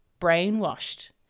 brainwashed